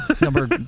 Number